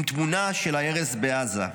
עם תמונה של ההרס בעזה.